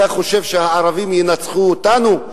אתה חושב שהערבים ינצחו אותנו?